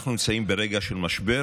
אנחנו נמצאים ברגע של משבר,